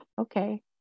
okay